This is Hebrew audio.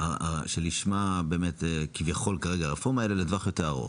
שלשמה באמת כביכול כרגע הרפורמה לטווח יותר ארוך,